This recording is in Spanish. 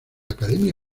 academia